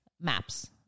maps